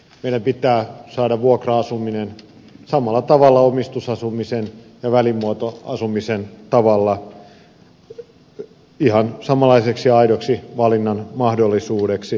meidän pitää saada vuokra asuminen samalla omistusasumisen ja välimuotoasumisen tavalla ihan samanlaiseksi aidoksi valinnan mahdollisuudeksi